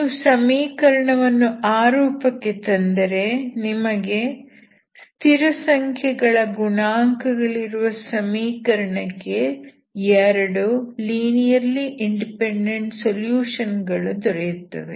ನೀವು ಸಮೀಕರಣವನ್ನು ಆ ರೂಪಕ್ಕೆ ತಂದರೆ ನಿಮಗೆ ಸ್ಥಿರಸಂಖ್ಯೆಗಳ ಗುಣಾಂಕಗಳಿರುವ ಸಮೀಕರಣಕ್ಕೆ 2 ಲೀನಿಯರ್ಲಿ ಇಂಡಿಪೆಂಡೆಂಟ್ ಸೊಲ್ಯೂಷನ್ ಗಳು ದೊರೆಯುತ್ತವೆ